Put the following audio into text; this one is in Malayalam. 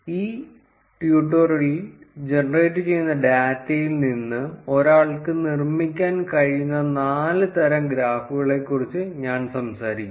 ഈ ട്യൂട്ടോറിയലിൽ ജനറേറ്റ് ചെയ്യുന്ന ഡാറ്റയിൽ നിന്ന് ഒരാൾക്ക് നിർമ്മിക്കാൻ കഴിയുന്ന നാല് തരം ഗ്രാഫുകളെക്കുറിച്ച് ഞാൻ സംസാരിക്കും